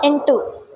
ಎಂಟು